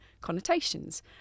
connotations